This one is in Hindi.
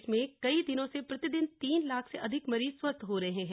देश में कई दिनों से प्रतिदिन तीन लाख से अधिक मरीज स्वस्थ हो रहे हैं